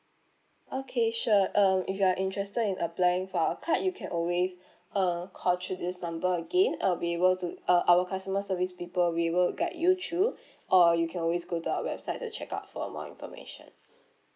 okay sure um if you are interested in applying for our card you can always uh call through this number again I will be able to uh our customer service people will be able to guide you through or you can always go to our website to check out for more information